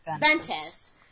Ventus